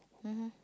mmhmm